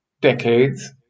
decades